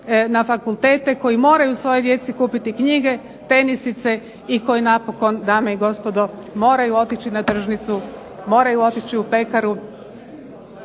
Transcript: na fakultete, koji moraju svojoj djeci kupiti knjige, tenisice i koji napokon, dame i gospodo, moraju otići na tržnicu, moraju otići u pekaru